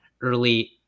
early